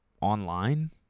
online